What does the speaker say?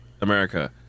America